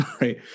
right